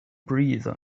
breathe